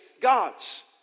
gods